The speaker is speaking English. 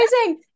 amazing